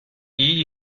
iyi